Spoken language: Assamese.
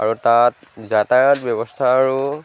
আৰু তাত যাতায়াত ব্যৱস্থা আৰু